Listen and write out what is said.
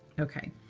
ok.